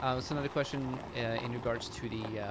oh, so another question in regards to the